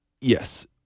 yes